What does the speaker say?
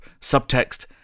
subtext